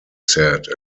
said